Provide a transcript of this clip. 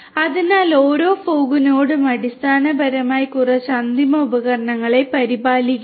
അതിനാൽ ഓരോ ഫോഗ് നോഡും അടിസ്ഥാനപരമായി കുറച്ച് അന്തിമ ഉപകരണങ്ങളെ പരിപാലിക്കുന്നു